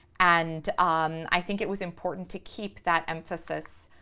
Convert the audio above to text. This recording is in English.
and um i think it was important to keep that emphasis